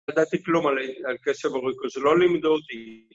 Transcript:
לדעתי כלום על כסף הוריקו, זה לא לימד אותי.